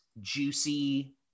juicy